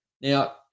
Now